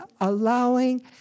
allowing